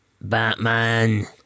Batman